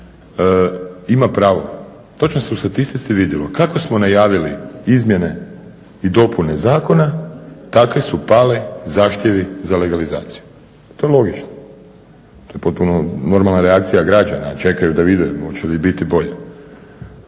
ima pravo, točno se u statistici vidjelo kako smo najavili izmjene i dopune zakona tako su pali zahtjevi za legalizaciju. To je logično, to je potpuno normalna reakcija građana, čekaju da vide hoće li biti bolje,